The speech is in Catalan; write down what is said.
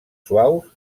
suaus